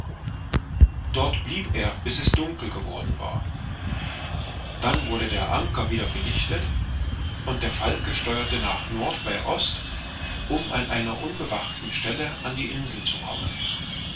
dort blieb er bis es dunkel geworden war dann wurde der anker wieder gelichtet und der falke steuerte nach nord bei ost um an der unbewachten seite an die insel zu kommen